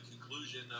conclusion